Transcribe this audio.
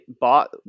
bought